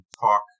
talk